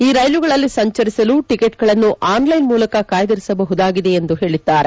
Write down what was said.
ಈ ರೈಲುಗಳಲ್ಲಿ ಸಂಚರಿಸಲು ಟಿಕೆಟ್ಗಳನ್ನು ಆನ್ಲೈನ್ ಮೂಲಕ ಕಾಯ್ದಿರಿಸಬಹುದಾಗಿದೆ ಎಂದು ಹೇಳಿದ್ದಾರೆ